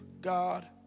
God